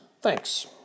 Thanks